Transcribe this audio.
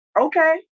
Okay